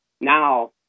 Now